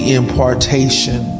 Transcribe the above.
impartation